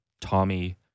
Tommy